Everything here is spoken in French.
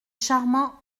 charmant